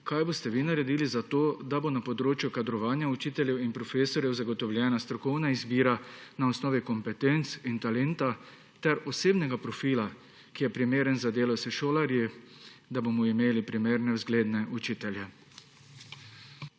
kaj boste vi naredili za to, da bo na področju kadrovanja učiteljev in profesorjev zagotovljena strokovna izbira na osnovi kompetenc in talenta ter osebnega profila, ki je primeren za delo s šolarji, da bomo imeli primerne, zgledne učitelje?